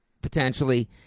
potentially